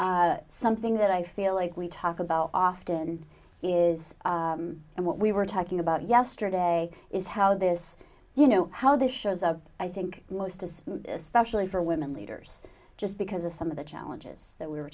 something that i feel like we talk about often is and what we were talking about yesterday is how this you know how this shows of i think most of this specially for women leaders just because of some of the challenges that we were